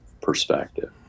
perspective